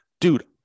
dude